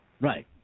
Right